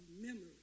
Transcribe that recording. memories